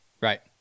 Right